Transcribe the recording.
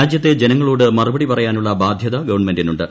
രാജ്വത്തെ ജനങ്ങളോട് മറുപടി പറയാനുള്ള ബാധൃത ഗവൺമെന്റിനുണ്ട്